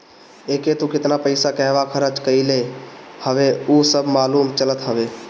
एके तू केतना पईसा कहंवा खरच कईले हवअ उ सब मालूम चलत हवे